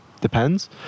depends